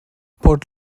port